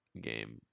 game